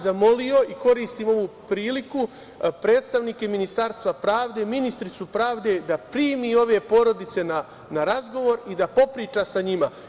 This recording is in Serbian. Zamolio bih, koristim ovu priliku, predstavnike Ministarstva pravde, ministarku pravde da primi ove porodice na razgovor i da popriča sa njima.